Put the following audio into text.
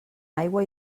aigua